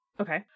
Okay